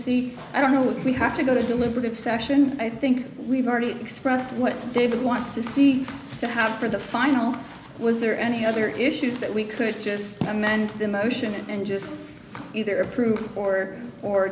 see i don't know if we have to go to deliberative section i think we've already expressed what david wants to see to have for the final was there any other issues that we could just amend the motion and just either approve or or